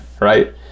right